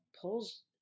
pulls